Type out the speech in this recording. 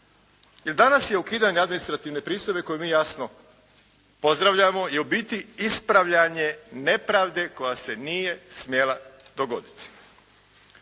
I danas je ukidanje administrativne pristojbe koju mi jasno pozdravljamo, je u biti ispravljanje nepravde koja se nije smjela dogoditi.